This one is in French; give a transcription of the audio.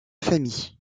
famille